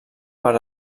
per